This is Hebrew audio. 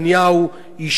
ליברמן, ברק.